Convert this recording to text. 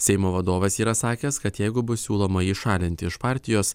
seimo vadovas yra sakęs kad jeigu bus siūloma jį šalinti iš partijos